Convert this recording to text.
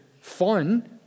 fun